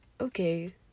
okay